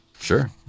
Sure